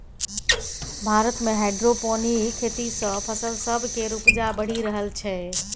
भारत मे हाइड्रोपोनिक खेती सँ फसल सब केर उपजा बढ़ि रहल छै